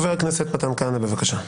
חבר הכנסת מתן כהנא, בבקשה.